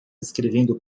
escrevendo